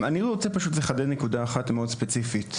אני פשוט רוצה לחדד נקודה אחת מאוד ספציפית.